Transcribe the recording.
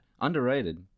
Underrated